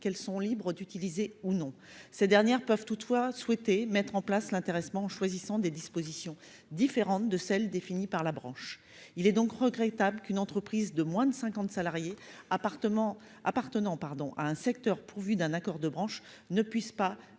qu'elles sont libres d'utiliser ou pas. Ces dernières peuvent toutefois souhaiter mettre en place l'intéressement en choisissant des dispositions différentes de celles définies par la branche. Il est donc regrettable qu'une entreprise de moins de cinquante salariés appartenant à un secteur pourvu d'un accord de branche ne puisse pas